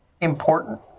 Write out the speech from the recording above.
important